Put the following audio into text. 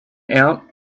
out